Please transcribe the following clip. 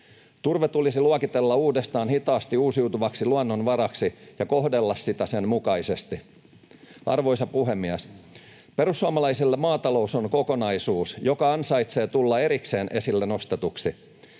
Turve tulisi luokitella uudestaan hitaasti uusiutuvaksi luonnonvaraksi ja kohdella sitä sen mukaisesti. Arvoisa puhemies! Perussuomalaisille maatalous on kokonaisuus, joka ansaitsee tulla erikseen esille nostetuksi.